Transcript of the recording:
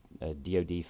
DOD